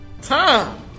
Time